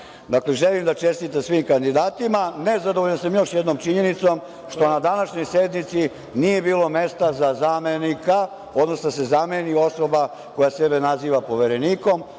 godine. Dakle, želim da čestitam svim kandidatima. Nezadovoljan sam još jednom činjenicom, što na današnjoj sednici nije bilo mesta za zamenika, odnosno da se zameni osoba koja sebe naziva Poverenikom.